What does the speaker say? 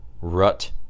rut